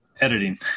editing